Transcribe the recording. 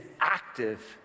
active